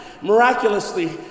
miraculously